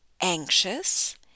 anxious